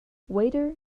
waiter